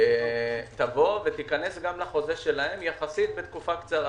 תבוא ותיכנס גם לחוזה שלהם יחסית בתקופה קצרה.